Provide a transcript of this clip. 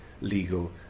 legal